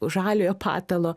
žaliojo patalo